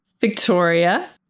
Victoria